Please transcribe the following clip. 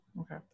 Okay